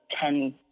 ten